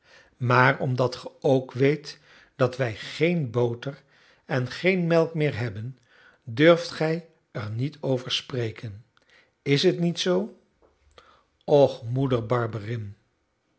maar omdat ge ook weet dat wij geen boter en geen melk meer hebben durft gij er niet over spreken is t niet zoo och moeder